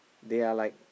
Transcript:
they are like